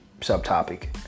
subtopic